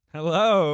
Hello